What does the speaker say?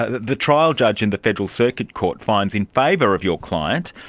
ah the trial judge in the federal circuit court finds in favour of your client.